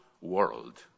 world